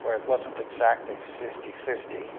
where it wasn't exactly fifty fifty.